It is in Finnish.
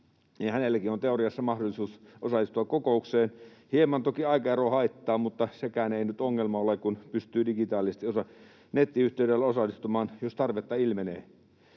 hänelläkin on teoriassa mahdollisuus osallistua kokoukseen. Hieman toki aikaero haittaa, mutta sekään ei nyt ongelma ole, kun pystyy digitaalisesti nettiyhteydellä osallistumaan, jos tarvetta ilmenee.